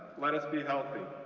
let us be healthy,